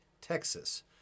Texas